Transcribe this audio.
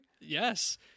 Yes